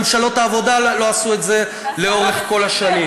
ממשלות העבודה לא עשו את זה לאורך כל השנים.